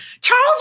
Charles